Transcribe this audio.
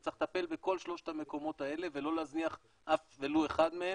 וצריך לטפל בכל שלושת המקומות האלה ולא להזניח אף ולו אחד מהם,